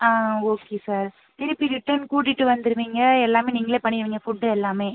ஆ okay sir திருப்பி return கூட்டிட்டு வந்துடுவிங்க எல்லாமே நீங்களே பண்ணிடுவிங்க ஃபுட்டு எல்லாமே